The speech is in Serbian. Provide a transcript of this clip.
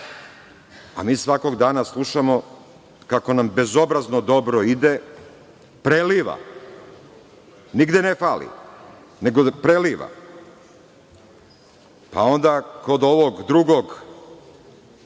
a mi svakog dana slušamo kako nam bezobrazno dobro ide, preliva, nigde ne fali, nego preliva. Pa, onda kod ovog drugog,